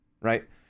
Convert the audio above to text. Right